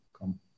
come